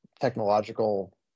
technological